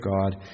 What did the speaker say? God